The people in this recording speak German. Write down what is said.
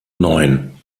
neun